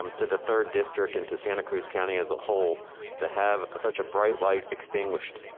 um to the third district and to santa cruz county as a whole to have such a bright light extinguished